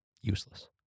useless